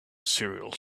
cereals